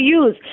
use